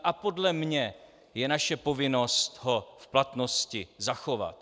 A podle mě je naše povinnost ho v platnosti zachovat.